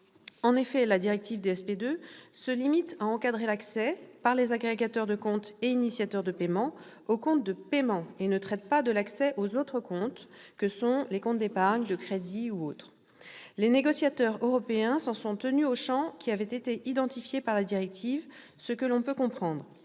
d'épargne. La directive DSP 2 se limite à encadrer l'accès, par les agrégateurs de comptes et initiateurs de paiement, aux comptes de paiement et ne traite pas de l'accès aux autres comptes- épargne, crédit, ou autres. Les négociateurs européens s'en sont tenus au champ qui avait été identifié par la directive, ce que l'on peut comprendre.